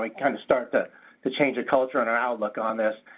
we kind of start to to change the culture and outlook on this.